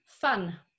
Fun